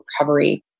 recovery